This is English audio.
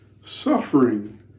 Suffering